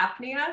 apnea